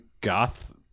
goth